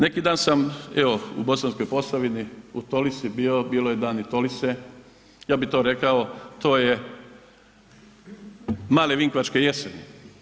Neki dan sam, evo u Bosanskoj Posavini u Tolisi bio, bili su Dani Tolise, ja bih to rekao to je male Vinkovačke jeseni.